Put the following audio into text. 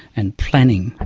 and planning,